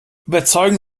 überzeugen